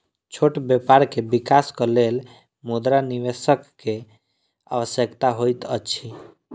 छोट व्यापार के विकासक लेल मुद्रा निवेशकक आवश्यकता होइत अछि